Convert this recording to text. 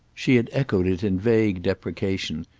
she had echoed it in vague deprecation,